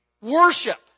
Worship